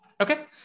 Okay